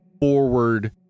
forward